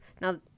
Now